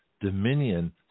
Dominion